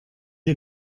est